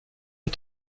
est